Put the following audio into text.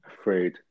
afraid